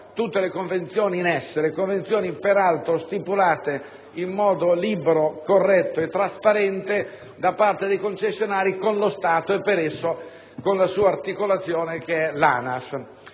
tutte le convenzioni in essere; convenzioni peraltro stipulate in modo libero, corretto e trasparente da parte dei concessionari con lo Stato e, per esso, con una sua articolazione: l'ANAS.